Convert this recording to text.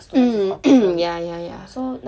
um ya ya ya